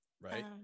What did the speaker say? Right